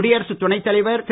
குடியரசுத் துணைத் தலைவர் திரு